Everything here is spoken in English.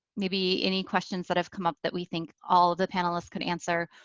maybe any questions that have come up that we think all of the panelists could answer.